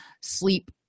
sleep